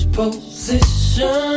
position